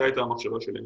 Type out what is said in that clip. זו הייתה המחשבה שלהן.